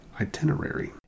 itinerary